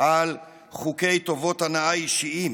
על חוקי טובות הנאה אישיים.